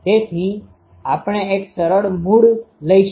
તેથી આપણે એક સરળ મૂળ લઈશું